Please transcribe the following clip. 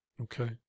Okay